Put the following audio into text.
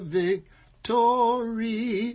victory